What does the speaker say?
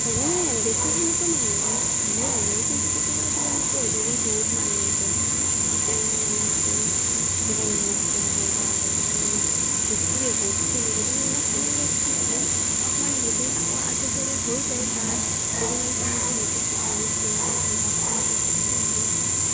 এনে বেছি সেনেকুৱা নহয়েই ভালে হয় কিন্তু কেতিয়াবা কেতিয়াবা এনেকুৱা হৈ যায় যি বহুত মানুহ হৈ গ'ল তিতেন মানে কি কেতিয়াবা নিমখ কমবো বা কেতিয়াবা নিমখ বেছি হ'ব তিতে যদি নিমখ কমি যায় তিতেন হ'লে অকণমান দিলে আকৌ আগৰ দৰে হৈ যায় বা যদি মানে এনেকুৱা হৈ যায় কি বহুত বেয়া হৈ গ'ল বা তলত লাগে তিতান হ'লে আকৌ